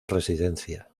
residencia